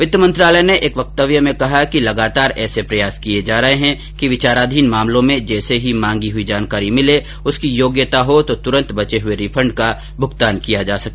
वित्त मंत्रालय ने एक वक्तव्य में कहा कि लगातार ऐसे प्रयास किए जा रहे हैं कि विचाराधीन मामलों में जैसे ही मांगी हुई जानकारी मिले और उसकी योग्यता हो तो तुरन्त बचे हुए रिफंड का भुगतान भी किया जा सके